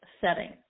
setting